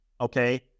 okay